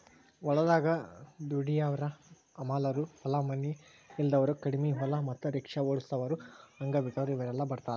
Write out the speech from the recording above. ಹೊಲದಾಗ ದುಡ್ಯಾವರ ಹಮಾಲರು ಹೊಲ ಮನಿ ಇಲ್ದಾವರು ಕಡಿಮಿ ಹೊಲ ಮತ್ತ ರಿಕ್ಷಾ ಓಡಸಾವರು ಅಂಗವಿಕಲರು ಇವರೆಲ್ಲ ಬರ್ತಾರ